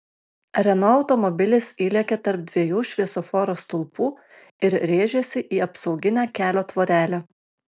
renault automobilis įlėkė tarp dviejų šviesoforo stulpų ir rėžėsi į apsauginę kelio tvorelę